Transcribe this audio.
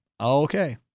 okay